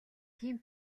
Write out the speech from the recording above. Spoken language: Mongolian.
тийм